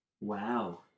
Wow